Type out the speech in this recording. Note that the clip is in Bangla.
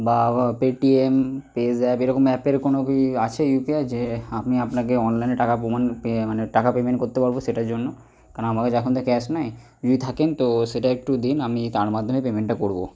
বাও বা পেটিএম পে জ্যাপ এরকম অ্যাপের কোনো কি আছে ইউপিআই যে আপনি আপনাকে অনলাইনে টাকা প্রমাণ পে মানে টাকা পেমেন্ট করতে পারবো সেটার জন্য কারণ আমার কাছে এখন তো ক্যাশ নেই যদি থাকেন তো সেটা একটু দিন আমি তার মাধ্যমে পেমেন্টটা করবো